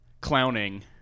clowning